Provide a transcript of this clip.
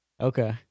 Okay